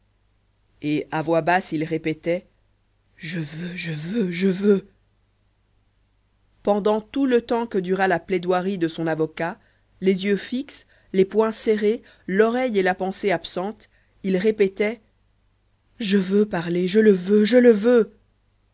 et à voix basse il répétait je veux je veux je veux pendant tout le temps que dura la plaidoirie de son avocat les yeux fixes les poings serrés l'oreille et la pensée absentes il répétait je veux parler je le veux je le veux